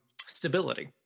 stability